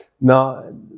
Now